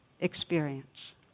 experience